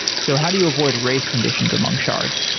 so how do you avoid race conditions among shards?